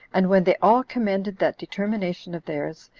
and when they all commended that determination of theirs,